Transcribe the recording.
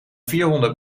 vierhonderd